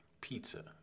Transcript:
pizza